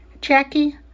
Jackie